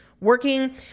working